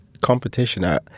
competition